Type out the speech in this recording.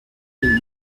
mille